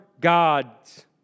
gods